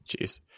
Jeez